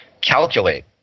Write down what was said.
calculate